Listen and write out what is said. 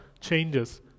changes